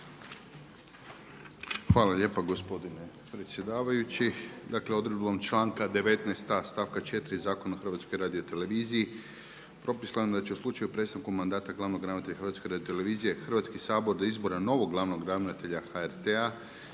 Hvala lijepa gospodine predsjedavajući. Dakle odredbom članka 19a. stavka 4. Zakona o Hrvatskoj radioteleviziji propisano je da će u slučaju prestanka mandata glavnog ravnatelja Hrvatske radiotelevizije Hrvatski sabor do izbora novog glavnog ravnatelja HRT-a